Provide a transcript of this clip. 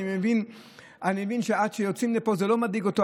אני מבין שעד שיוצאים מפה זה לא מדאיג אותו,